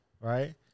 right